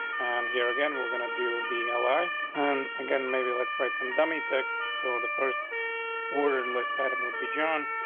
and here again, we're gonna do the la and again maybe let's write some damage. so and the first order list item would be john.